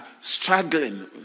struggling